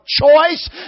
choice